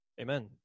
Amen